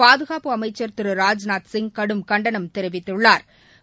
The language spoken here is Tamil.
பாதுகாப்பு அமைச்ச் திரு ராஜ்நாத்சிங் கடும் கண்டனம் தெரிவித்துள்ளாா்